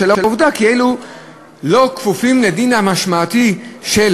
בשל העובדה כי אלו לא כפופים לדין המשמעתי של